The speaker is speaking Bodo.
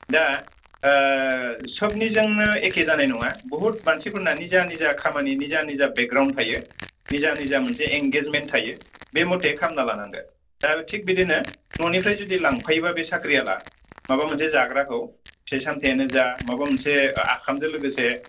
दा सोबनिजोंनो एखे जानाय नङा बहुत मानसिफोरना निजा निजा खामानि निजा निजा बेकग्राउण्ड थायो निजा निजा मोनसे एंगेजमेन्ट थायो बे मते खालामना लानांगोन दा थिक बिदिनो न'निफ्राय जुदि लांफायोबा बे साख्रिआवला माबा मोनसे जाग्राखौ फिथाइ सामथायानो जा माबा मोनसे ओंखामजों लोगोसे